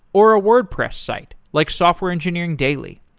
or a wordpress site, like software engineering daily.